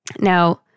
Now